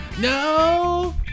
No